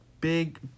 big